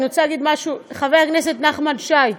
אני רוצה להגיד משהו לחבר הכנסת נחמן שי.